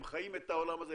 הם חיים את העולם הזה,